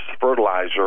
fertilizer